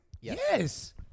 Yes